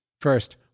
First